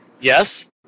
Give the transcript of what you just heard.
Yes